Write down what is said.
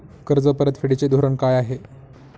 कर्ज परतफेडीचे धोरण काय आहे?